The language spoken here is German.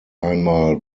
einmal